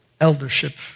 eldership